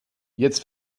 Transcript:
jetzt